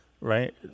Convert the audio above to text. right